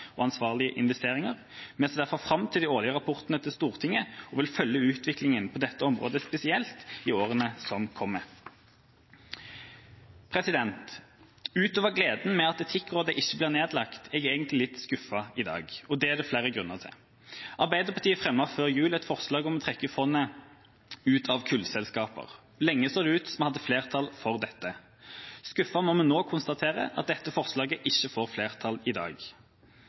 ansvarlige investeringer. Vi ser derfor fram til de årlige rapportene til Stortinget og vil spesielt følge utviklinga på dette området i årene som kommer. Utover gleden over at Etikkrådet ikke ble nedlagt, er jeg egentlig litt skuffet. Det er det flere grunner til. Arbeiderpartiet fremmet før jul et forslag om å trekke fondet ut av kullselskaper. Lenge så det ut til at vi hadde flertall for dette. Skuffet må vi nå konstatere at dette forslaget ikke får flertall i dag.